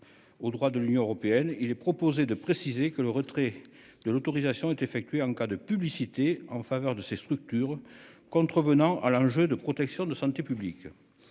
Au droit de l'Union européenne, il est proposé de préciser que le retrait de l'autorisation est effectué en cas de publicité en faveur de ces structures contrevenant à l'enjeu de protection de santé publique.